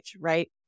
right